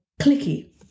clicky